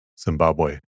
Zimbabwe